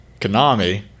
Konami